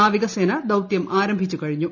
നാവികസേന ദൌത്യം ആരംഭിച്ചു കഴിഞ്ഞു